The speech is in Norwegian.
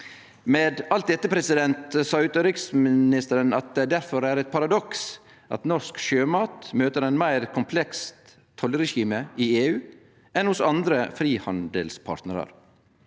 Med alt dette sa utanriksministeren at det difor er eit paradoks at norsk sjømat møter eit meir komplekst tollregime i EU enn hos andre frihandelspartnarar.